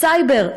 סייבר.